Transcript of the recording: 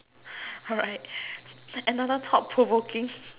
alright another thought provoking